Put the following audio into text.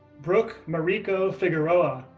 brooke mariko figueroa,